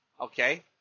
Okay